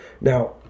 Now